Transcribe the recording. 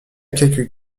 quelques